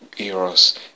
Eros